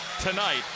tonight